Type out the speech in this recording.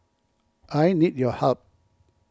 I need your help